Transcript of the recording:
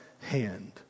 hand